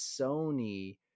Sony